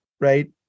right